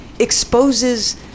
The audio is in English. exposes